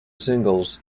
singles